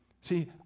See